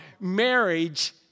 marriage